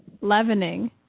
leavening